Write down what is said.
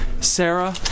Sarah